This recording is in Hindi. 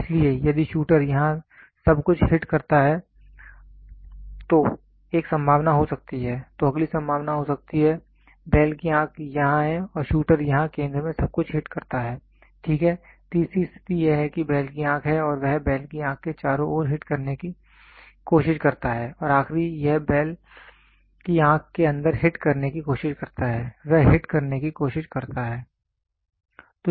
इसलिए यदि शूटर यहां सब कुछ हिट करता है तो एक संभावना हो सकती है तो अगली संभावना हो सकती है बैल की आंख यहां है और शूटर यहां केंद्र में सब कुछ हिट करता है ठीक है तीसरी स्थिति यह है कि बैल की आंख है और वह बैल की आँख के चारों ओर हिट करने की कोशिश करता है और आखिरी वह बैल की आंख के अंदर हिट करने की कोशिश करता है वह हिट करने की कोशिश करता है